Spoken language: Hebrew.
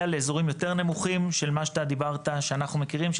לאזורים יותר נמוכים של מה שאתה דיברת שאנחנו מכירים.